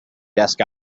desk